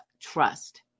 trust